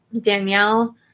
Danielle